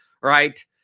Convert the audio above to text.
right